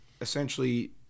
essentially